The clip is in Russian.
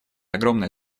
огромное